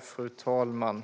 Fru talman!